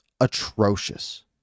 atrocious